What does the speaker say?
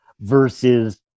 versus